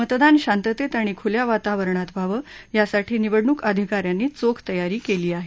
मतदान शांततेत आणि खुल्या वातावरणात व्हावं यासाठी निवडणूक अधिका यांनी चोख तयारी केली आहे